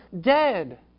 dead